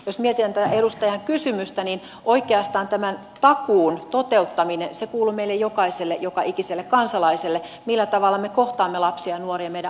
jos mietitään tätä edustajan kysymystä niin oikeastaan tämän takuun toteuttaminen kuuluu meille jokaiselle joka ikiselle kansalaiselle millä tavalla me kohtaamme lapsia ja nuoria meidän arjessamme